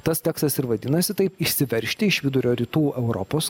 tas tekstas ir vadinasi taip išsiveržti iš vidurio rytų europos